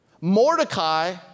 Mordecai